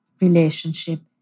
relationship